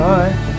Bye